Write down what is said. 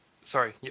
Sorry